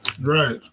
Right